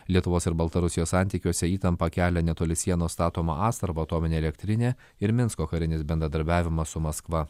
lietuvos ir baltarusijos santykiuose įtampą kelia netoli sienos statoma astravo atominė elektrinė ir minsko karinis bendradarbiavimas su maskva